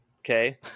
okay